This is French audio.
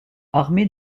armée